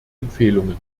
empfehlungen